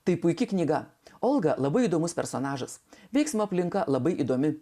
tai puiki knyga olga labai įdomus personažas veiksmo aplinka labai įdomi